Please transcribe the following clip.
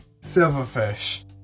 silverfish